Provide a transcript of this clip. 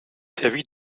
servi